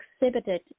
exhibited